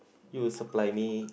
he will supply me